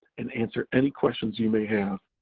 and answer any questions you may have.